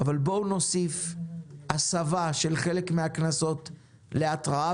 אבל בואו נוסיף הסבה של חלק מהקנסות להתראה